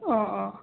অঁ অঁ